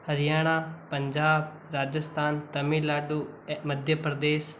Haryana Punjab Rajasthan Tamil Nadu Madhya Pradesh